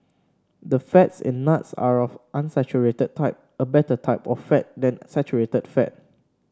the fats in nuts are of unsaturated type a better type of fat than saturated fat